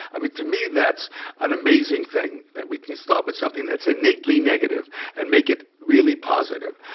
i mean, to me, that's an amazing thing, that we can start with something that's innately negative and make it really positive.